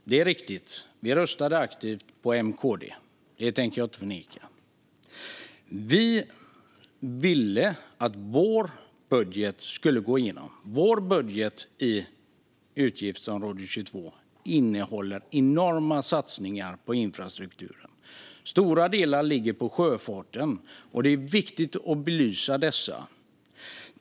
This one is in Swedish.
Fru talman! Det är riktigt, Jens Holm. Vi röstade aktivt på M-KD:s budget. Det tänker jag inte förneka. Vi ville att vår budget skulle gå igenom. Vår budget för utgiftsområde 22 innehåller enorma satsningar på infrastrukturen. Stora delar ligger på sjöfarten. Det är viktigt att belysa dessa.